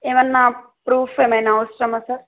ఏమన్నా ప్రూఫ్ ఏమైనా అవసరమా సార్